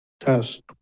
Test